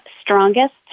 strongest